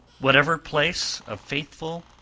whatever place a faithful,